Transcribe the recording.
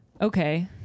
Okay